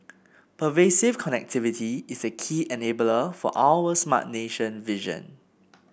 pervasive connectivity is a key enabler for our Smart Nation vision